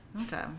Okay